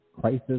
crisis